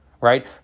right